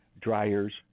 dryers